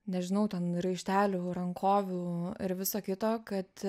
nežinau ten raištelių rankovių ir viso kito kad